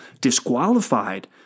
disqualified